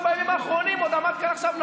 נגד עמיחי שיקלי,